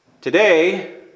Today